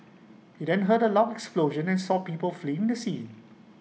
he then heard A loud explosion and saw people fleeing the scene